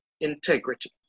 integrity